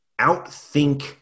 outthink